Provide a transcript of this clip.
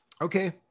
okay